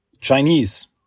Chinese